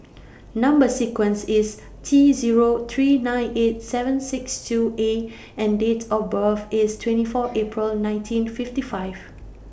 Number sequence IS T Zero three nine eight seven six two A and Date of birth IS twenty four April nineteen fifty five